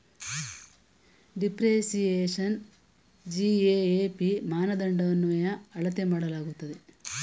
ಡಿಪ್ರಿಸಿಯೇಶನ್ನ GAAP ಮಾನದಂಡದನ್ವಯ ಅಳತೆ ಮಾಡಲಾಗುತ್ತದೆ